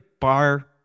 bar